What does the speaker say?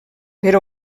per